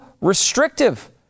restrictive